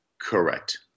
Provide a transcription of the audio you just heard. correct